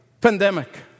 pandemic